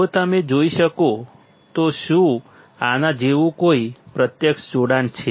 જો તમે જોઈ શકો તો શું આના જેવું કોઈ પ્રત્યક્ષ જોડાણ છે